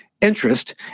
interest